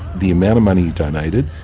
the amount of money you donated,